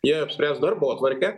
jie apspręs darbotvarkę